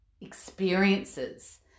experiences